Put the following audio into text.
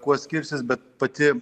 kuo skirsis bet pati